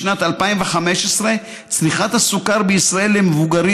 בשנת 2015 צריכת הסוכר בישראל למבוגרים,